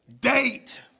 Date